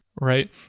Right